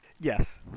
Yes